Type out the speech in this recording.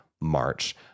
March